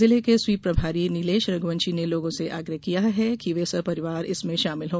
जिले के स्वीप प्रभारी नीलेश रघुवंशी ने लोगों से आग्रह किया है कि वे सपरिवार इसमें शामिल हो